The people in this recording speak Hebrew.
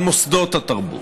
על מוסדות התרבות,